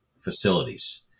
facilities